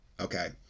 Okay